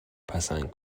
پسند